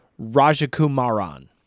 Rajakumaran